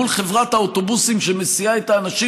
מול חברת האוטובוסים שמסיעה את האנשים